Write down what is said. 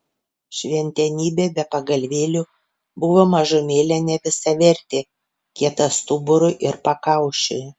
šventenybė be pagalvėlių buvo mažumėlę nevisavertė kieta stuburui ir pakaušiui